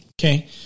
Okay